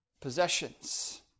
Possessions